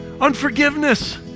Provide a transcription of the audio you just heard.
unforgiveness